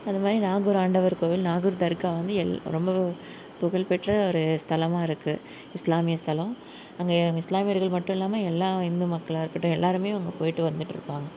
அதுமாதிரி நாகூர் ஆண்டவர் கோயில் நாகூர் தர்கா வந்து எல் ரொம்ப புகழ்பெற்ற ஒரு ஸ்தலமாக இருக்குது இஸ்லாமிய ஸ்தலம் அங்கே இஸ்லாமியர்கள் மட்டும் இல்லாமல் எல்லா ஹிந்து மக்களாக இருக்கட்டும் எல்லாருமே அங்கே போயிட்டு வந்துட்டு இருப்பாங்க